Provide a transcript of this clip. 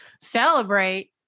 celebrate